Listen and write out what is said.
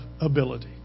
Ability